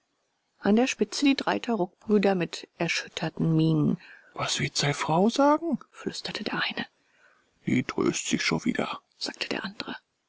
an der spitze die drei tarockbrüder mit erschütterten mienen was wird sei frau sag'n flüsterte der eine die tröst sich scho wieder sagte der andere